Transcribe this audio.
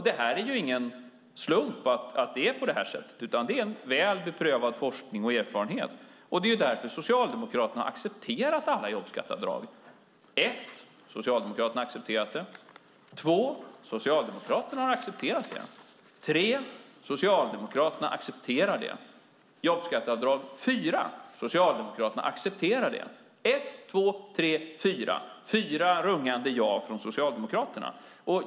Det är heller ingen slump att det är på detta sätt, utan det är väl beprövad forskning och erfarenhet. Det är därför Socialdemokraterna också har accepterat alla jobbskatteavdrag. Jobbskatteavdrag ett - Socialdemokraterna har accepterat det. Jobbskatteavdrag två - Socialdemokraterna har accepterat det. Jobbskatteavdrag tre - Socialdemokraterna har accepterat det. Jobbskatteavdrag fyra - Socialdemokraterna har accepterat det. Ett, två, tre, fyra - fyra rungande ja från Socialdemokraterna.